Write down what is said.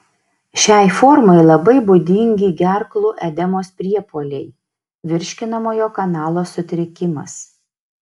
šiai formai labai būdingi gerklų edemos priepuoliai virškinamojo kanalo sutrikimas